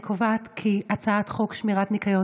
אני קובעת כי הצעת החוק שמירת הניקיון